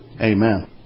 Amen